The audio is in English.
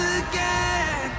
again